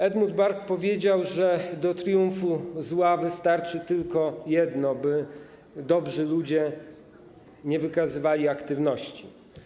Edmund Burke powiedział, że do triumfu zła wystarczy tylko jedno, by dobrzy ludzie nie wykazywali aktywności.